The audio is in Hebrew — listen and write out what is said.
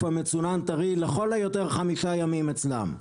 המצונן טרי לכל היותר חמישה ימים אצלם,